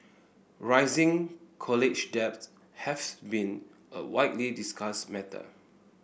rising college debt has been a widely discussed matter